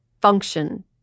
function